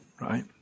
right